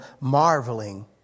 marveling